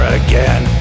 again